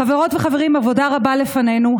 חברות וחברים, עבודה רבה לפנינו.